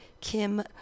Kim